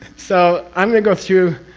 so i'm going to go through.